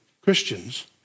Christians